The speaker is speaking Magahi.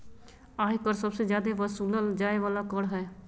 आय कर सबसे जादे वसूलल जाय वाला कर हय